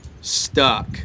stuck